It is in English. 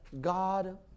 God